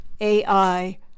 AI